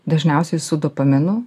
dažniausiai su dopaminu